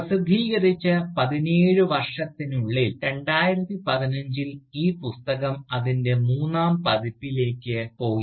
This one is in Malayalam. പ്രസിദ്ധീകരിച്ച് പതിനേഴ് വർഷത്തിനുള്ളിൽ 2015 ൽ ഈ പുസ്തകം അതിൻറെ മൂന്നാം പതിപ്പിലേക്ക് പോയി